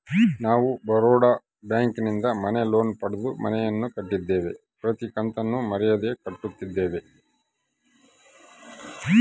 ನಾವು ಬರೋಡ ಬ್ಯಾಂಕಿನಿಂದ ಮನೆ ಲೋನ್ ಪಡೆದು ಮನೆಯನ್ನು ಕಟ್ಟಿದ್ದೇವೆ, ಪ್ರತಿ ಕತ್ತನ್ನು ಮರೆಯದೆ ಕಟ್ಟುತ್ತಿದ್ದೇವೆ